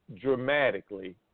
dramatically